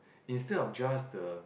instead of just the